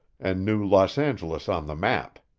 and knew los angeles on the map.